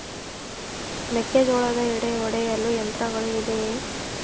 ಮೆಕ್ಕೆಜೋಳದ ಎಡೆ ಒಡೆಯಲು ಯಂತ್ರಗಳು ಇದೆಯೆ?